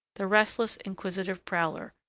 the restless, inquisitive prowler,